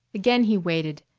again he waited,